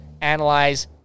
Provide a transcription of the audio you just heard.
analyze